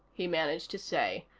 he managed to say.